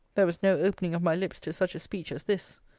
there was no opening of my lips to such a speech as this.